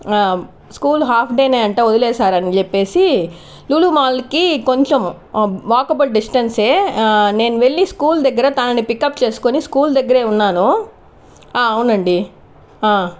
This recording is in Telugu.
స్కూల్ హాఫ్ డేనే అంట వదిలేశారని చెప్పేసి లులూ మాల్కి కొంచము వాకబుల్ డిస్టెన్సే నేను వెళ్ళి స్కూల్ దగ్గర తనని పికప్ చేసుకొని స్కూల్ దగ్గరే ఉన్నాను ఆ అవునండి ఆ